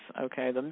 okay